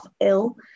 ill